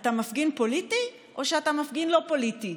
אתה מפגין פוליטי או שאתה מפגין לא פוליטי?